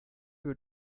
wird